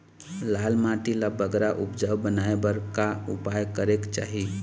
लाल माटी ला बगरा उपजाऊ बनाए बर का उपाय करेक चाही?